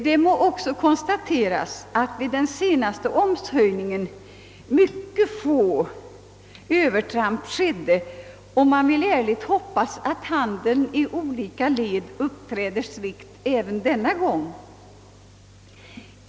Det må också konstateras att vid den :senaste omshöjningen skedde mycket få övertramp, och jag vill ärligt hoppas att handeln i olika led uppträder strikt även denna gång.